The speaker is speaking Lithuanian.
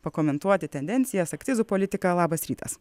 pakomentuoti tendencijas akcizų politiką labas rytas